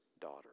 daughter